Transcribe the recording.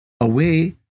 away